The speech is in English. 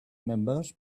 members